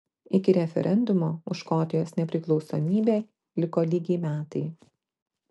iki referendumo už škotijos nepriklausomybę liko lygiai metai